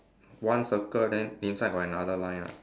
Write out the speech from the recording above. one circle then inside got another line ah